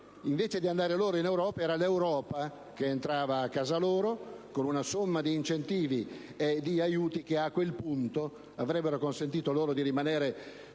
anziché andare loro in Europa, era l'Europa che entrava a casa loro, con una somma di incentivi e di aiuti che a quel punto avrebbero consentito loro di rimanere